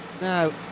now